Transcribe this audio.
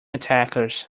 attackers